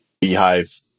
beehive